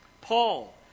Paul